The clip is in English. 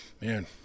man